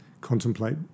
contemplate